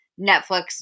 Netflix